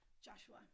Joshua